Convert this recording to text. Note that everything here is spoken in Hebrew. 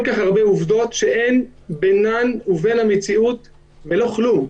כל כך הרבה אמירות שאין ביניהן ובין המציאות ולא כלום,